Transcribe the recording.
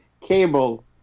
cable